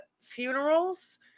funerals